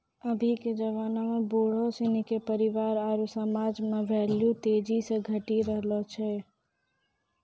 अभी के जबाना में बुढ़ो सिनी के परिवार आरु समाज मे भेल्यू तेजी से घटी रहलो छै